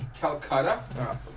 Calcutta